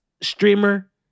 streamer